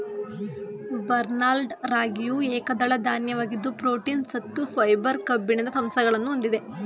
barnyard ರಾಗಿಯು ಏಕದಳ ಧಾನ್ಯವಾಗಿದ್ದು ಪ್ರೋಟೀನ್, ಸತ್ತು, ಫೈಬರ್, ಕಬ್ಬಿಣದ ಅಂಶಗಳನ್ನು ಹೊಂದಿದೆ